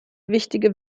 wichtige